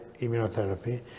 immunotherapy